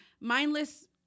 Mindless